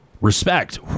respect